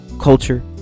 culture